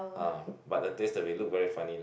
ah but the taste that we look very funny lah